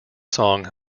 song